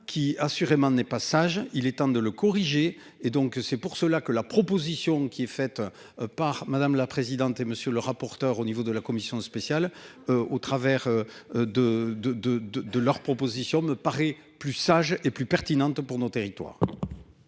qui assurément n'est pas sage. Il est temps de le corriger et donc c'est pour cela que la proposition qui est faite. Par madame la présidente et monsieur le rapporteur. Au niveau de la Commission spéciale au travers. De de de de de leur proposition me paraît plus sage et plus pertinente pour nos territoires.